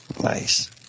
Nice